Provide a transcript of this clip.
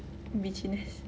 bitchiness